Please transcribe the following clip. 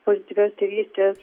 pozityvios tėvystės